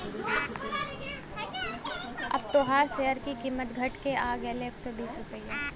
अब तोहार सेअर की कीमत घट के आ गएल एक सौ बीस रुपइया